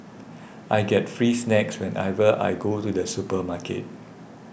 I get free snacks whenever I go to the supermarket